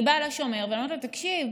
אני באה לשומר ואומרת לו: תקשיב,